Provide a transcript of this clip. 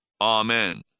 Amen